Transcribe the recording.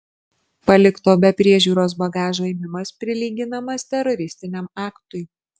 palikto be priežiūros bagažo ėmimas prilyginamas teroristiniam aktui